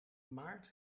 maart